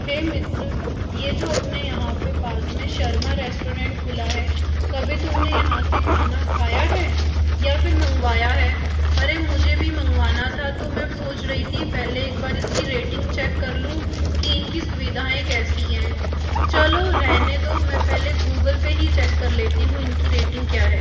हे मित्र ये जो अपने यहाँ पर पास में शर्मा रेस्टोरेंट खुला है कभी तुमने यहाँ से खाना खाया है या फिर मंगवाया है अरे मुझे भी मँगवाना था तो मै सोच रही थी पहले एक बार इसकी रेटिंग चेक कर लूँ कि इनकी सुविधाएँ कैसी हैं चलो रहने दो मैं पहले गूगल पर ही चेक कर लेती हूँ इनकी रेटिंग क्या है